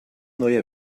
neue